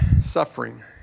suffering